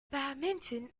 badminton